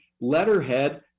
letterhead